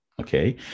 okay